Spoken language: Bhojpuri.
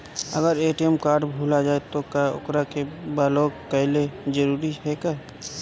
अगर ए.टी.एम कार्ड भूला जाए त का ओकरा के बलौक कैल जरूरी है का?